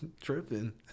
tripping